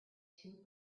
two